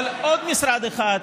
אבל עוד משרד אחד,